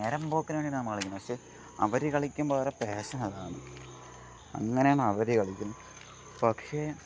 നേരമ്പോക്കിനു വേണ്ടിയിട്ടാണ് നമ്മൾ കളിക്കുന്നത് പക്ഷേ അവർ കളിക്കുമ്പോൾ അവരുടെ പാഷൻ അതാണ് അങ്ങനെയാണ് അവർ കളിക്കുന്നത് പക്ഷേ